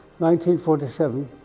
1947